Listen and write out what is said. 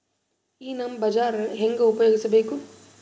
ಈ ನಮ್ ಬಜಾರ ಹೆಂಗ ಉಪಯೋಗಿಸಬೇಕು?